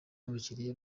abakiriya